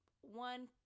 one